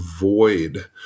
void